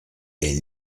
est